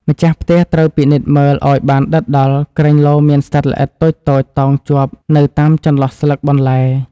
ម្ចាស់ផ្ទះត្រូវពិនិត្យមើលឱ្យបានដិតដល់ក្រែងលោមានសត្វល្អិតតូចៗតោងជាប់នៅតាមចន្លោះស្លឹកបន្លែ។